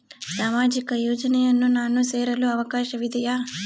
ಸಾಮಾಜಿಕ ಯೋಜನೆಯನ್ನು ನಾನು ಸೇರಲು ಅವಕಾಶವಿದೆಯಾ?